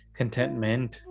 contentment